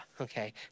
okay